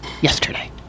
yesterday